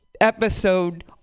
episode